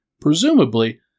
presumably